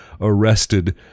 arrested